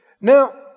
Now